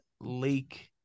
Lake